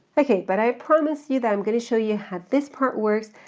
okay. but i promised you that i'm gonna show you how this part works.